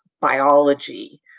biology